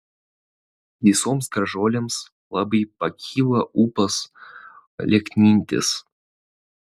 visoms gražuolėms labai pakyla ūpas lieknintis